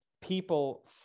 people